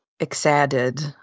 excited